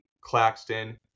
claxton